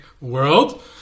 world